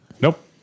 Nope